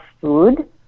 food